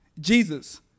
Jesus